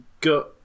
go